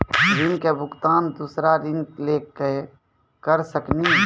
ऋण के भुगतान दूसरा ऋण लेके करऽ सकनी?